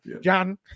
John